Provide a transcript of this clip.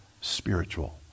spiritual